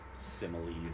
similes